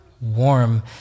warm